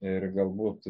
ir galbūt